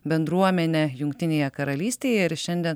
bendruomene jungtinėje karalystėje ir šiandien